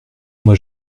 moi